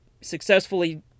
successfully